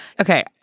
Okay